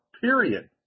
period